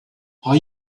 are